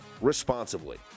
responsibly